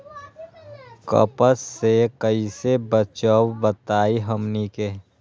कपस से कईसे बचब बताई हमनी के?